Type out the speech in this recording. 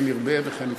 כן ירבה וכן יפרח.